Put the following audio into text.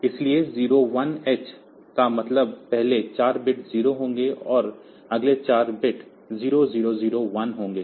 इसलिए 0 1 एच का मतलब पहले 4 बिट्स 0 होगा और अगले 4 बिट 0 0 0 1 होंगे